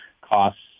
costs